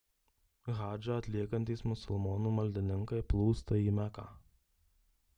hadžą atliekantys musulmonų maldininkai plūsta į meką